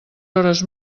hores